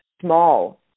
small